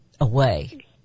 away